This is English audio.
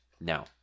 Now